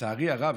לצערי הרב,